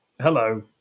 Hello